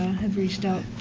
have reached out.